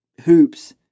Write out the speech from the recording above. hoops